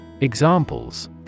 Examples